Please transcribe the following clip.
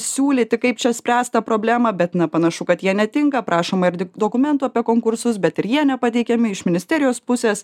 siūlyti kaip čia spręst tą problemą bet na panašu kad jie netinka prašoma ir dik dokumentų apie konkursus bet ir jie nepateikiami iš ministerijos pusės